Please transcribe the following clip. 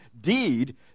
deed